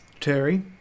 Terry